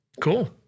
Cool